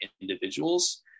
individuals